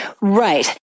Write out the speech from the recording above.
Right